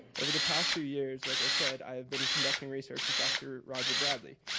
over the past few years, like i said, i have been conducting research with dr. roger bradley.